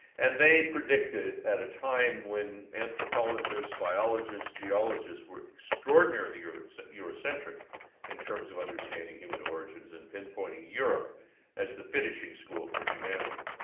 and they predicted at a time when anthropologists, biologists, geologists were extraordinarily so euro-centric in terms of understanding human origins and pinpointing europe as the finishing school for humanity.